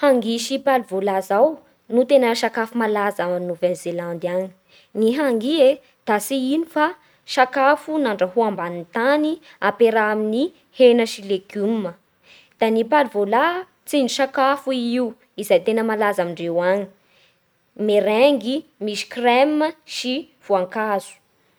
Hangi sy palvola izao no tena sakafo malaza a Nouvelle-Zélande agny. Ny hangia e da tsy ino fa sakafo nandrahoa ambanin'ny tany ampiaraha amin'ny hena sy légume a. Da ny palvola: tsindrin-tsakafo i io izay tena malaza amindreo agny, merengue misy crème sy voankazo.